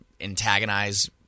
antagonize